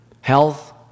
health